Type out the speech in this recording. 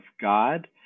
God